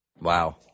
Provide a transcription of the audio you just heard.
Wow